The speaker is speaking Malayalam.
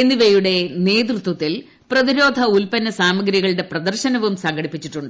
എന്നിവരുടെ നേതൃത്വത്തിൽ പ്രതിരോധ ഉൽപ്പന്ന സാമഗ്രികളുടെ പ്രദർശനവും സംഘടിപ്പിച്ചിട്ടുണ്ട്